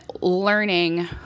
learning